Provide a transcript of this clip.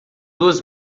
duas